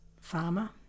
farmer